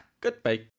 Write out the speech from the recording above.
Goodbye